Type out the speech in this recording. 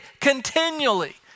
continually